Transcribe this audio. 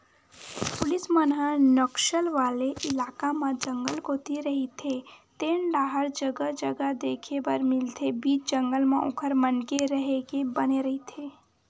police मन ह नक्सल वाले इलाका म जंगल कोती रहिते तेन डाहर जगा जगा देखे बर मिलथे बीच जंगल म ओखर मन के रेहे के बने रहिथे